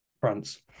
France